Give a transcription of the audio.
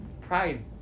Pride